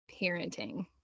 parenting